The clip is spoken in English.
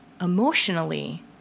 emotionally